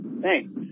thanks